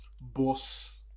Boss